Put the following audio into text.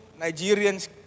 Nigerians